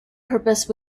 purpose